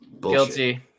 Guilty